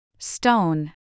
Stone